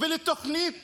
ולתוכנית